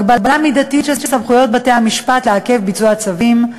הגבלה מידתית של סמכויות בתי-המשפט לעכב ביצוע צווים,